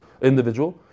individual